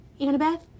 Annabeth